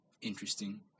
interesting